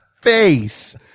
face